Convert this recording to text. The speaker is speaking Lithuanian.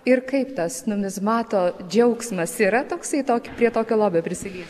ir kaip tas numizmato džiaugsmas yra toksai tok prie tokio lobio prisiliesti